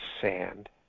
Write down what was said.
sand